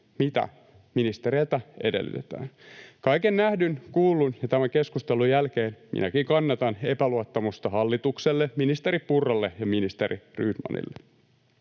mitä ministereiltä edellytetään. Kaiken nähdyn, kuullun ja tämän keskustelun jälkeen minäkin kannatan epäluottamusta hallitukselle, ministeri Purralle ja ministeri Rydmanille.